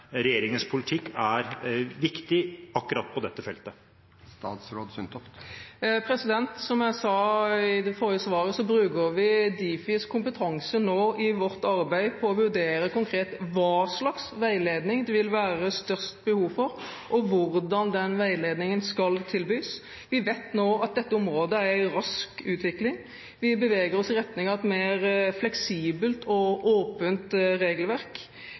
regjeringens politikk er viktig akkurat på dette feltet? Som jeg sa i det forrige svaret, bruker vi Difis kompetanse nå i vårt arbeid for å vurdere konkret hva slags veiledning det vil være størst behov for, og hvordan den veiledningen skal tilbys. Vi vet nå at dette området er i rask utvikling. Vi beveger oss i retning av et mer fleksibelt og åpent regelverk.